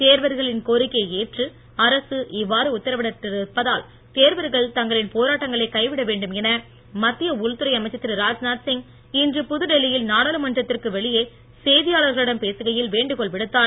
தேர்வர்களின் கோரிக்கையை ஏற்று அரசு இவ்வாறு உத்தரவிட்டிருப்பதால் தேர்வர்கள் தங்களின் போராட்டங்களை கைவிட வேண்டும் என மத்திய உள்துறை அமைச்சர் திரு ராத்நாத் சிங் இன்று புதுடெல்லியில் நாடாளுமன்றத்திற்கு வெளியே செய்தியாளர்களிடம் பேசுகையில் வேண்டுகோள் விடுத்தார்